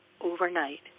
overnight